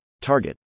Target